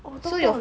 oh stop liao